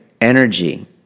energy